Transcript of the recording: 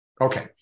Okay